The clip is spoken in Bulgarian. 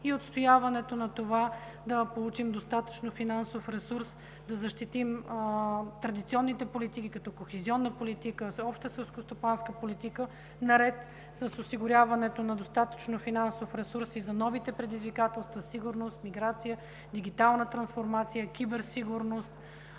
и отстояването да получим достатъчно финансов ресурс, да защитим традиционните политики като кохезионната политика, всеобща селскостопанска политика, наред с осигуряването на достатъчно финансов ресурс и за новите предизвикателства: сигурност, миграция, дигитална трансформация, киберсигурност,